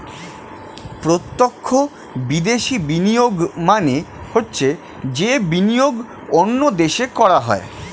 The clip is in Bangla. প্রত্যক্ষ বিদেশি বিনিয়োগ মানে হচ্ছে যে বিনিয়োগ অন্য দেশে করা হয়